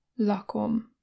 lakom